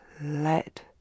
let